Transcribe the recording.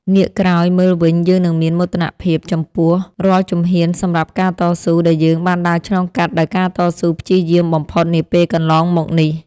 ងាកក្រោយមើលវិញយើងនឹងមានមោទនភាពចំពោះរាល់ជំហានសម្រាប់ការតស៊ូដែលយើងបានដើរឆ្លងកាត់ដោយការតស៊ូព្យាយាមបំផុតនាពេលកន្លងមកនេះ។